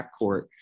backcourt